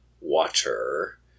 water